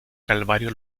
calvario